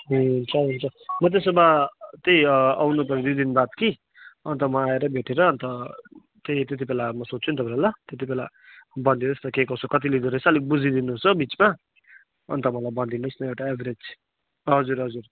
ए हुन्छ हुन्छ म त्यसो भए त्यहीँ आउनुपर्यो दुई दिन बाद कि अन्त म आएर भेटेर अन्त फेरि त्यति बेला म सोध्छु नि तपाईँलाई ल त्यति बेला भने जस्तो के कसो कति लिँदोरहेछ अलिक बुझिदिनु होस् हो बिचमा अन्त मलाई भनिदिनु होस् न एउटा एभरेज हजुर हजुर